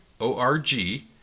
O-R-G